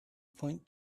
point